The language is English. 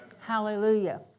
Hallelujah